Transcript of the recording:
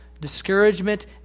discouragement